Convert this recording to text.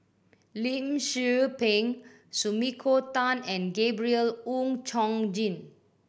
Lim Tze Peng Sumiko Tan and Gabriel Oon Chong Jin